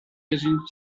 régime